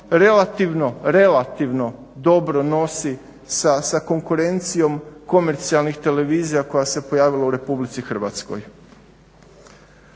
godinama relativno dobro nosi sa konkurencijom komercijalnih televizija koja se pojavila u RH. A kada je